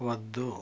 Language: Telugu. వద్దు